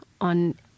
on